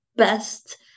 best